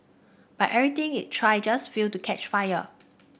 but everything it tried just failed to catch fire